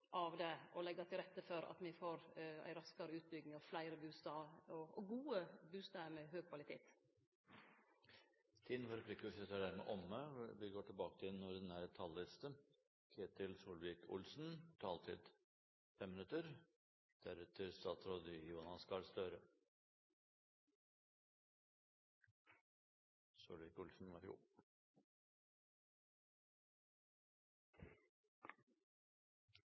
av det å leggje til rette for at me får ei raskare utbygging av fleire – og gode – bustader med høg kvalitet. Replikkordskiftet er dermed omme.